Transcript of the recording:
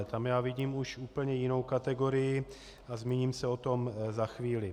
Tam já vidím už úplně jinou kategorii a zmíním se o tom za chvíli.